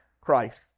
Christ